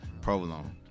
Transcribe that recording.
provolone